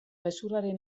gezurraren